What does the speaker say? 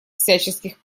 всяческих